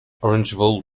orangeville